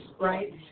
right